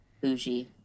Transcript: bougie